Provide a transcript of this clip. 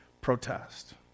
protest